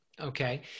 Okay